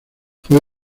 fue